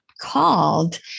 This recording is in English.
called